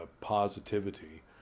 positivity